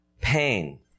Pain